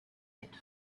bit